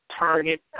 target